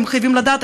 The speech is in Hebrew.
הם חייבים לדעת,